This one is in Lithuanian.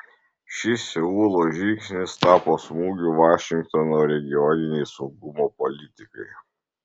šis seulo žingsnis tapo smūgiu vašingtono regioninei saugumo politikai